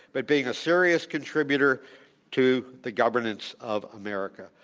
but being a serious contributor to the governance of america.